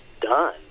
done